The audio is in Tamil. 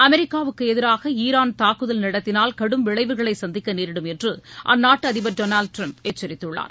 அமெிக்காவுக்கு எதிராக ஈரான் தாக்குதல் நடத்தினால் கடும் விளைவுகளை சந்திக்க நேரிடும் என்று அந்நாட்டு அதிபர் டொனால்ட் ட்ரம்ப் எச்சரித்துள்ளார்